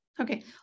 Okay